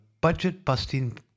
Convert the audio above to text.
budget-busting